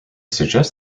suggest